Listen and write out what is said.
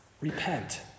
Repent